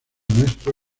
nuestro